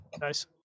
Nice